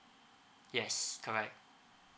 yes correct